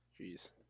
Jeez